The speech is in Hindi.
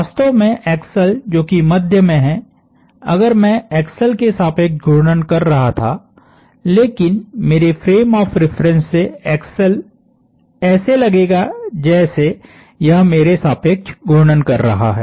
वास्तव में एक्सल जो की मध्य में है अगर मैं एक्सल के सापेक्ष घूर्णन कर रहा था लेकिन मेरे फ्रेम ऑफ़ रिफरेन्स से एक्सल ऐसे लगेगा जैसे यह मेरे सापेक्ष घूर्णन कर रहा है